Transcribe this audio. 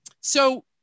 so-